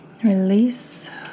release